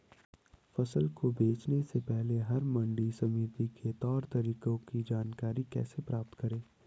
फसल को बेचने से पहले हम मंडी समिति के तौर तरीकों की जानकारी कैसे प्राप्त करें?